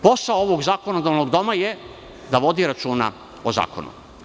Posao ovog zakonodavnog doma je da vodi računa o zakonu.